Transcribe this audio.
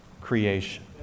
creation